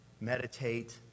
meditate